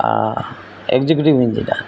executive engineer